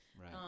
Right